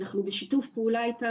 אנחנו בשיתוף פעולה איתם,